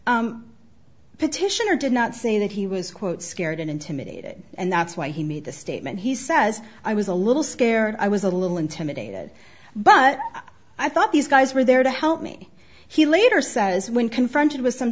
made petitioner did not say that he was quote scared and intimidated and that's why he made the statement he says i was a little scared i was a little intimidated but i thought these guys were there to help me he later says when confronted with some